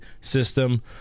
system